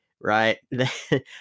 right